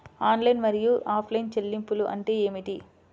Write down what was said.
Online మరియు offline చెల్లింపులు అంటే ఏమిటి?